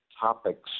topics